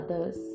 others